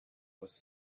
was